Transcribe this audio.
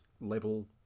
level